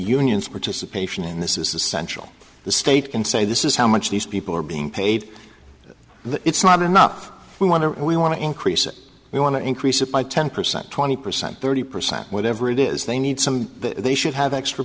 union's participation in this is essential the state can say this is how much these people are being paid it's not enough we want to we want to increase it we want to increase it by ten percent twenty percent thirty percent whatever it is they need some they should have extra